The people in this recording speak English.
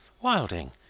Wilding